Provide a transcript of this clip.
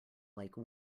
like